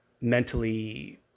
mentally